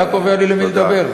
אתה קובע לי למי לדבר?